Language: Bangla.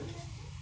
হ